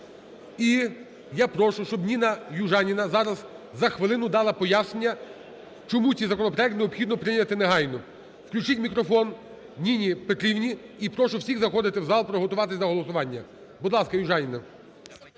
І я прошу, щоб Ніна Южаніна зараз за хвилину дала пояснення чому ці законопроекти необхідно прийняти негайно. Включіть мікрофон Ніні Петрівні. І прошу всіх заходити в зал, і приготуватись до голосування. Будь ласка, Южаніна.